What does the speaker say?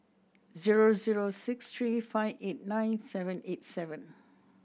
zero zero six three five eight nine seven eight seven